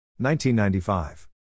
1995